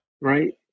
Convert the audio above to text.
right